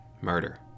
Murder